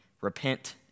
Repent